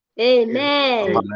Amen